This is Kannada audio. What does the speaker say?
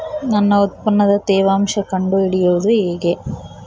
ನನ್ನ ಉತ್ಪನ್ನದ ತೇವಾಂಶ ಕಂಡು ಹಿಡಿಯುವುದು ಹೇಗೆ?